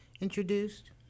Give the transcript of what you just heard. introduced